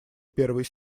первый